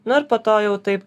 nu ir po to jau taip